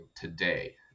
today